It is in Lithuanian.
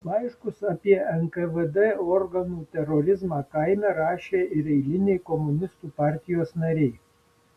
laiškus apie nkvd organų terorizmą kaime rašė ir eiliniai komunistų partijos nariai